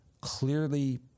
clearly